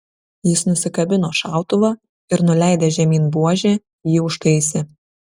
jis nusikabino šautuvą ir nuleidęs žemyn buožę jį užtaisė